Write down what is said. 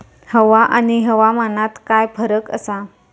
हवा आणि हवामानात काय फरक असा?